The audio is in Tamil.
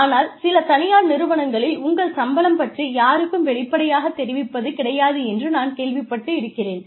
ஆனால் சில தனியார் நிறுவனங்களில் உங்கள் சம்பளம் பற்றி யாருக்கும் வெளிப்படையாக தெரிவிப்பது கிடையாது என்று நான் கேள்விப்பட்டிருக்கிறேன்